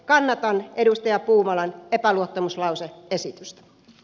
kannatan edustaja puumalan epäluottamuslause esitystä